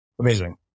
Amazing